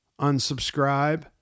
unsubscribe